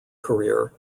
career